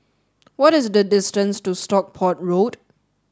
what is the distance to Stockport Road